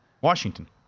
Washington